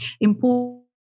important